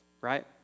right